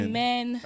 Amen